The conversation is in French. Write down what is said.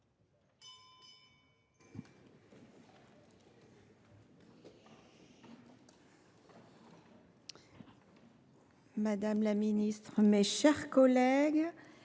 madame la ministre, mes chers collègues,